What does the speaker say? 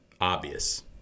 obvious